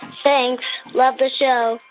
thanks. love the show.